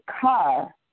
car